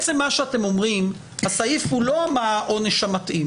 אתם אומרים שהסעיף לא מה העונש המתאים,